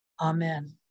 amen